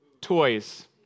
Toys